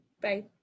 Bye